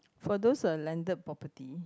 for those uh landed property